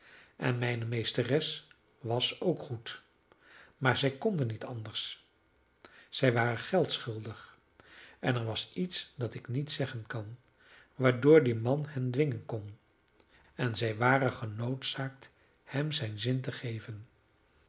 en mijne meesteres was ook goed maar zij konden niet anders zij waren geld schuldig en er was iets dat ik niet zeggen kan waardoor die man hen dwingen kon en zij waren genoodzaakt hem zijn zin te geven